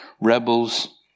rebels